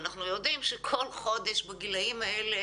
אנחנו יודעים שכל חודש בגילים האלה